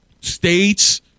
states